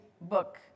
book